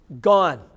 gone